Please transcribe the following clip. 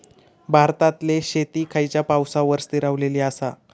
भारतातले शेती खयच्या पावसावर स्थिरावलेली आसा?